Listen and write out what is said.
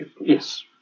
Yes